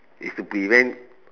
is to prevent